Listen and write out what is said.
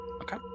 Okay